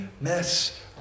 mess